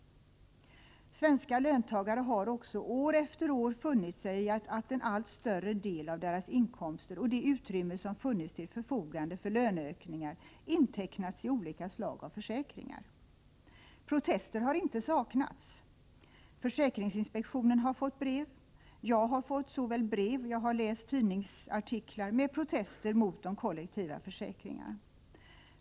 Svenska löntagare har också år efter år funnit sig i att en allt större del av deras inkomster och det utrymme som funnits till förfogande för löneökningar intecknats i olika slag av försäkringar. Protester har inte saknats. Försäkringsinspektionen har fått brev, och jag har såväl brev som tidningsartiklar med protester mot de kollektiva försäkringarna.